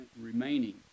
remaining